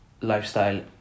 lifestyle